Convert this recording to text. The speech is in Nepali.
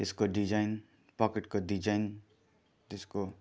त्यसको डिजाइन पकेटको डिजाइन त्यसको